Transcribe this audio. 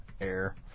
Air